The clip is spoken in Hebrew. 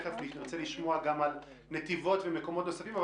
תכף נרצה לשמוע על נתיבות ועל מקומות נוספים.